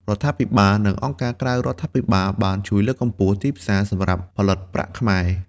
រដ្ឋាភិបាលនិងអង្គការក្រៅរដ្ឋាភិបាលបានជួយលើកកម្ពស់ ទីផ្សារ សម្រាប់ផលិតផលប្រាក់ខ្មែរ។